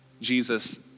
Jesus